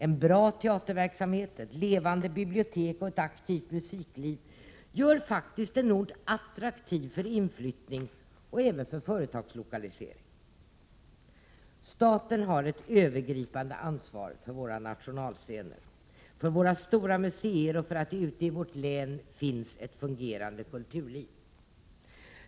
En bra teaterverksamhet, ett levande bibliotek och ett aktivt musikliv gör faktiskt en ort attraktiv för inflyttning och även för företagslokalisering. Staten har ett övergripande ansvar för våra nationalscener, för våra stora museer och för att det ute i våra län finns ett fungerande kulturliv.